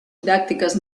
didàctiques